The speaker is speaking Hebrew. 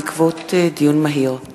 הצעות חברי הכנסת עפו אגבאריה וסעיד נפאע.